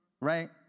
Right